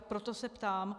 Proto se ptám.